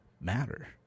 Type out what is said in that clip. matter